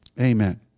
Amen